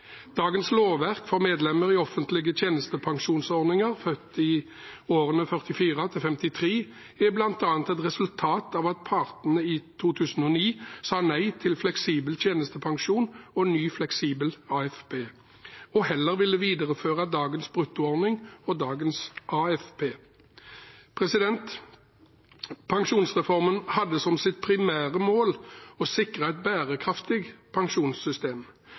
Dagens lovverk for medlemmer i offentlige tjenestepensjonsordninger født i årene 1944–1953, er bl.a. et resultat av at partene i 2009 sa nei til fleksibel tjenestepensjon og ny, fleksibel AFP og heller ville videreføre dagens bruttoordning og dagens AFP. Pensjonsreformen hadde som sitt primære mål å sikre et bærekraftig pensjonssystem.